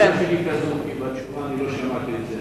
השאלה שלי כזו: לא שמעתי את זה,